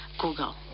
Google